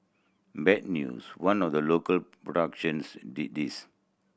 bad news one of the local productions did this